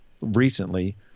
recently